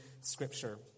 Scripture